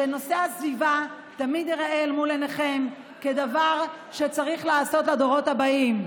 שנושא הסביבה תמיד יהיה מול עיניכם כדבר שצריך לעשות לדורות הבאים,